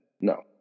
No